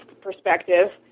perspective